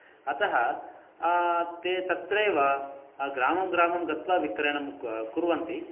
अतः ते तत्रैव ग्रामं ग्रामं गत्वा विक्रयणं क कुर्वन्ति